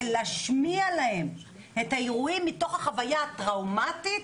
להשמיע להן את האירועים מתוך החוויה הטראומטית,